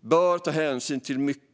bör ta hänsyn till mycket.